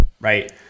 right